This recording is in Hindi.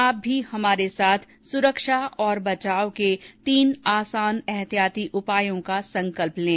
आप भी हमारे साथ सुरक्षा और बचाव के तीन आसान एहतियाती उपायों का संकल्प लें